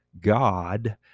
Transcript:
God